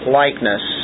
likeness